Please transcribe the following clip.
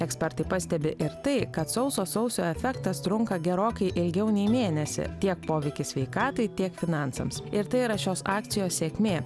ekspertai pastebi ir tai kad sauso sausio efektas trunka gerokai ilgiau nei mėnesį tiek poveikis sveikatai tiek finansams ir tai yra šios akcijos sėkmė